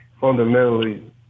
fundamentally